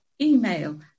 email